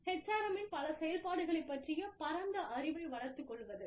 HRM இன் பல செயல்பாடுகளைப் பற்றிய பரந்த அறிவை வளர்த்துக் கொள்வது